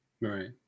right